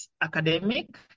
academic